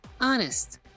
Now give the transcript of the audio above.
Honest